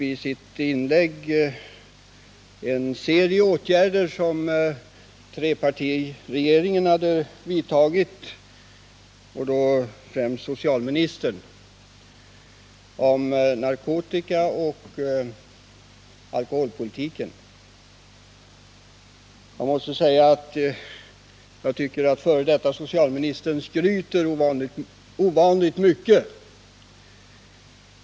Han tog upp en serie åtgärder som trepartiregeringen hade vidtagit, då främst socialministern, inom narkotikaoch alkoholpolitiken. Jag måste säga att jag tycker att f. d. socialministern skryter ovanligt mycket.